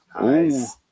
Nice